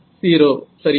0 சரியா